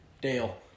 Dale